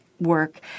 work